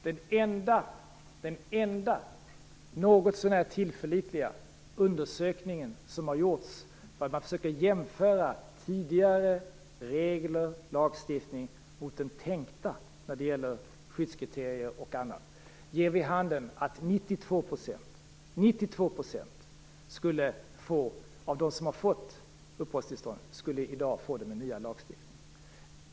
Herr talman! Den enda något så när tillförlitliga undersökning som gjorts för att försöka jämföra tidigare lagstiftning i fråga om skyddskriterier och annat med den tänkta, ger vid handen att 92 % av dem som fått uppehållstillstånd också skulle få det i dag med den nya lagstiftningen.